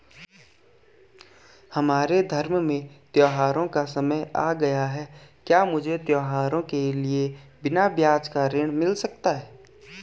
हमारे धर्म में त्योंहारो का समय आ गया है क्या मुझे त्योहारों के लिए बिना ब्याज का ऋण मिल सकता है?